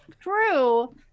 True